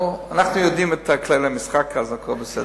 אנחנו יודעים את כללי המשחק, אז הכול בסדר.